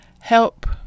help